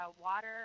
water